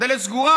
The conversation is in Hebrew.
הדלת סגורה,